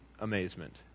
amazement